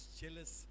jealous